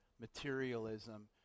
materialism